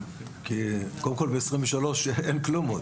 קודם כל, ב-2023 עוד אין כלום.